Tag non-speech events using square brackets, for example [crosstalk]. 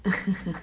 [laughs]